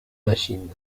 machines